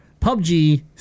PUBG